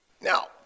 Now